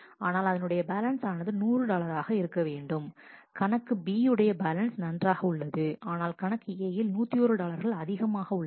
ஆனால் அதனுடைய பேலன்ஸ் ஆனது 100 டாலர் ஆக இருக்க வேண்டும் கணக்கு B உடைய பேலன்ஸ் நன்றாக உள்ளது ஆனால் கணக்கு A யில் 101 டாலர்கள் அதிகமாக உள்ளன